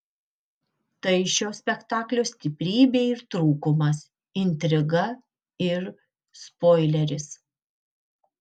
tai šio spektaklio stiprybė ir trūkumas intriga ir spoileris